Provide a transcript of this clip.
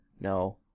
No